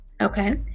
okay